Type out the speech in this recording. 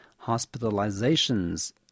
hospitalizations